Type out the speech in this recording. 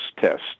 test